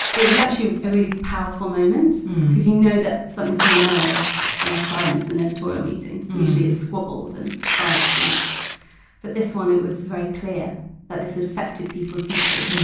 it was actually a really powerful moment because you know that something's hit a nerve when a silence in an editorial meeting, usually it's squabbles and fights and but this one it was very clear that this had affected people deeply.